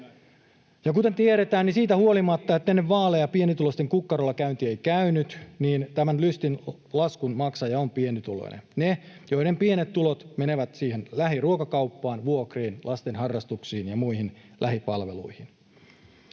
Ja kuten tiedetään, siitä huolimatta, että ennen vaaleja pienituloisten kukkarolla käynti ei käynyt, tämän lystin laskun maksajia ovat pienituloiset, ne, joiden pienet tulot menevät siihen lähiruokakauppaan, vuokriin, lasten harrastuksiin ja muihin lähipalveluihin.